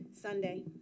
Sunday